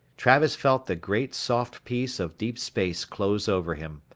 travis felt the great soft peace of deep space close over him.